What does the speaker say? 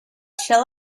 shall